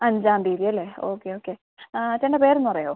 അഞ്ചാം തീയതി അല്ലേ ഓക്കെ ഓക്കെ ചേട്ടൻ്റെ പേരൊന്ന് പറയാമോ